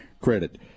Credit